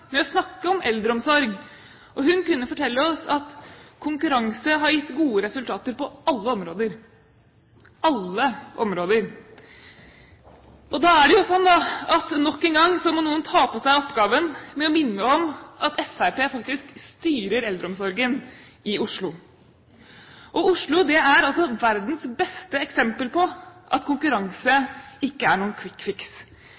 med å snakke om eldreomsorg. Hun kunne fortelle oss at konkurranse har gitt gode resultater på alle områder. Alle områder! Da er det slik at nok en gang må noen ta på seg oppgaven med å minne om at Fremskrittspartiet faktisk styrer eldreomsorgen i Oslo, og Oslo er altså verdens beste eksempel på at konkurranse